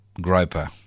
Groper